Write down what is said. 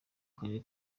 karere